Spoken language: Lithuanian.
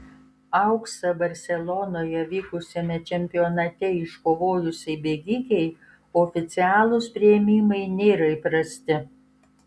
auksą barselonoje vykusiame čempionate iškovojusiai bėgikei oficialūs priėmimai nėra įprasti